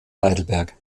heidelberg